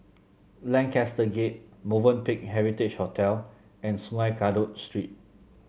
Lancaster Gate Movenpick Heritage Hotel and Sungei Kadut Street